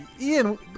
Ian